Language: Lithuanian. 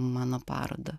mano parodą